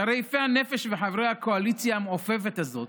שהרי יפי הנפש וחברי הקואליציה המעופפת הזאת,